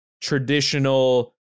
traditional